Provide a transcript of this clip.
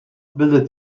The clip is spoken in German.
bildet